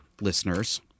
listeners